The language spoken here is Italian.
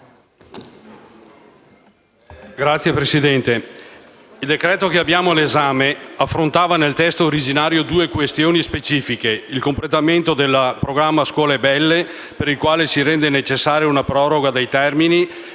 Signor Presidente, il decreto-legge al nostro esame affrontava nel testo originario due questioni specifiche: il completamento del programma scuole belle, per il quale si rende necessaria una proroga dei termini,